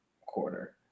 quarter